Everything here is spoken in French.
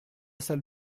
salle